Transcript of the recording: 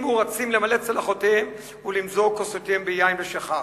רצים למלא צלחותיהם ולמזוג בכוסותיהם יין ושיכר.